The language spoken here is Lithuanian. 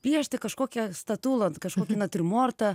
piešti kažkokią statulą kažkokį natiurmortą